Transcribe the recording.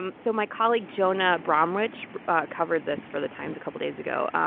um so my colleague jonah bromwich covered this for the times a couple days ago.